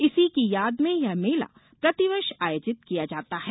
इसी की याद में यह मेला प्रतिवर्ष आयोजित किया जाता है